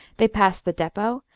they passed the depot,